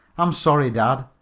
i'm sorry, dad,